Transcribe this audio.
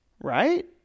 right